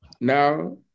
Now